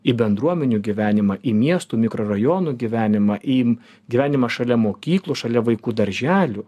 į bendruomenių gyvenimą į miestų mikrorajonų gyvenimą į gyvenimą šalia mokyklų šalia vaikų darželių